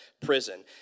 prison